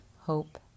hope